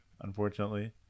unfortunately